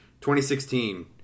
2016